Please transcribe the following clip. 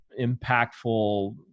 impactful